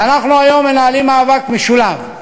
אנחנו היום מנהלים מאבק משולב.